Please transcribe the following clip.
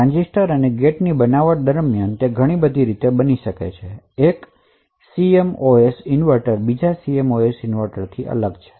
આ ટ્રાંઝિસ્ટર અને ગેટ ની બનાવટ ઘણી બધી રીતે હોઈ શકે છે એક CMOS ઇન્વર્ટર બીજા CMOS ઇન્વર્ટરથી અલગ છે